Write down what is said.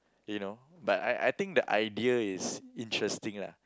you know but I I think the idea is interesting lah